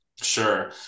Sure